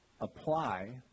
apply